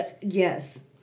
yes